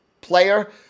player